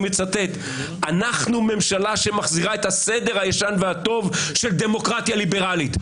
אני מצטט: אנחנו ממשלה שמחזירה את הסדר הישן והטוב של דמוקרטיה ליברלית.